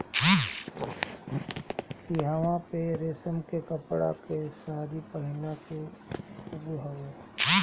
इहवां पे रेशम के कपड़ा के सारी पहिनला के खूबे हवे